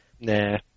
Nah